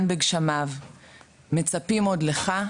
בִּגְשָׁמָיו מְצַפִּים עוֹד לְךָ,